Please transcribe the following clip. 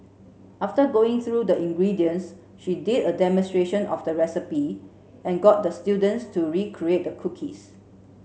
after going through the ingredients she did a demonstration of the recipe and got the students to recreate the cookies